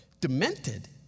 demented